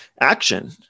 action